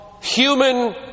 human